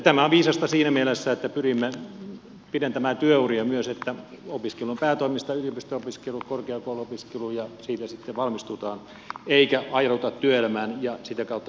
tämä on viisasta siinä mielessä että pyrimme myös pidentämään työuria niin että opiskelu on päätoimista yliopisto opiskelua korkeakouluopiskelua ja siitä sitten valmistutaan eikä ajauduta työelämään ja sitä kautta työttömäksi